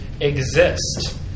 exist